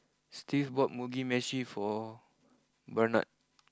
Steve bought Mugi Meshi for Barnard